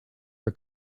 for